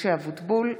משה אבוטבול,